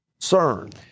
CERN